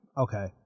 Okay